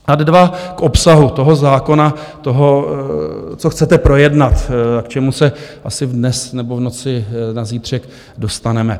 Ad dva k obsahu toho zákona, toho, co chcete projednat, k čemu se asi dnes nebo v noci na zítřek dostaneme.